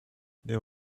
there